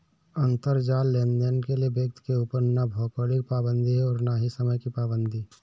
अंतराजाल लेनदेन के लिए व्यक्ति के ऊपर ना भौगोलिक पाबंदी है और ना ही समय की पाबंदी है